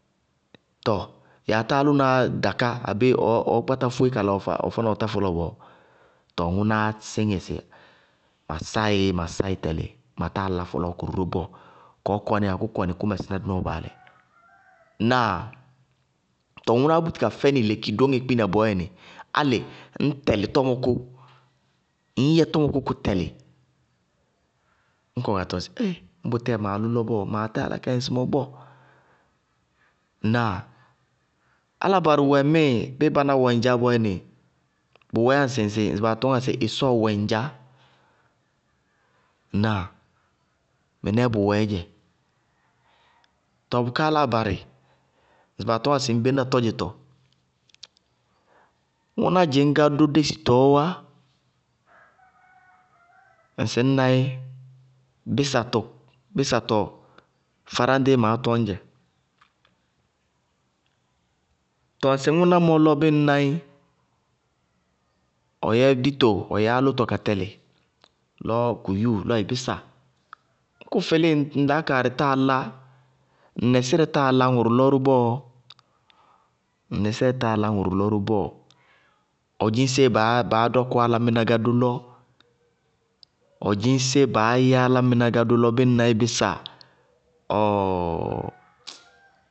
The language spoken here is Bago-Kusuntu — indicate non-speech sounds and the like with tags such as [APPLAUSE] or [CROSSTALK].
Tɔɔ yaatá alʋnaá daká abéé ɔɔ-ɔɔ kpáta fóe kala ɔfá na ɔtá fɔlɔɔ bɔɔ, tɔɔ ŋʋnáá síŋɛ sɩ ma sáɩ ma sáɩ tɛlɩ, ma táa lá fɔlɔɔkʋrʋ ró bɔɔ, kɔɔ kɔníya kʋ kɔnɩ kʋ mɛsɩ ná dɩ nɔɔ baalɛ. [NOISE] Ŋnáa? Tɔɔ ŋʋnáá bʋti ka fɛnɩ lekidóŋɛ kpína bɔɔyɛnɩ, álɩ ñ tɛlɩ tɔmɔ kʋ. Ŋñ yɛ tɔmɔ kʋ ka tɛlɩ ññ kɔnɩ kaa tɔŋ sɩ éé ñbʋtɛɛ maálʋ lɔ bɔɔ maa tá yálá ka yɛ ŋsɩmɔɔ bɔɔ. Ŋnáa? Áláa barɩ wɛ ŋmíɩ bíɩ báná wɛ ŋdzaá nɩ nʋwɛɛ yá ŋsɩ baa tɔñŋa sɩ ɩsɔɔ wɛ ŋdzaá, ŋnáa? Mɩnɛɛ bʋwɛɛdzɛ. Tɔɔ bʋká áláa barɩ, ŋsɩ baa tɔñŋá sɩ ŋbéna désitɔ, ŋʋná dzɩñ gádó désitɔɔ wá. [NOISE] Ŋsɩ ñna í bísatɔ bísatɔ fáráñdíí maá tɔññ dzɛ. Tɔɔ ŋsɩ ŋʋná lɔ bíɩ ñ naí, ɔ yɛ dito tɛlɩ ɔ yɛ álʋtɔ ka tɛlɩ lɔ kʋ yúu lɔ ɩ bísa ñ kʋ fɩlíɩ ŋ laákaarɩ táa ŋ nɛsírɛ yáa lá fɔlɔɔkʋrʋ ró bɔɔ, ŋ nɛsírɛ táa lá fɔlɔɔkʋrʋ ró bɔɔ, ɔ dzɩñ séé baá dɔkʋ álámɩná gádó lɔ, ɔ dzɩñ séé baá yɛ álámɩná gádó lɔ bíɩ ñ naí bísa. Ɔɔɔɔ! [NOISE]